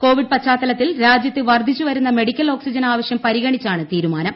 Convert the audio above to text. Covid പശ്ചാത്തലത്തിൽ രാജ്യത്ത് വർദ്ധിച്ചു വരുന്ന മെഡിക്കൽ ഓക്സിജൻ ആവശ്യം പരിഗണിച്ചാണ് തീരുമാനം